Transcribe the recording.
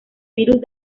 virus